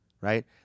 right